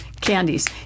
candies